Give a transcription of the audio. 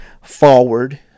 forward